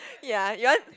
ya you want